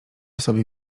sobie